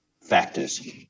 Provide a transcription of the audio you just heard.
factors